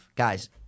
Guys